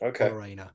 Okay